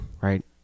Right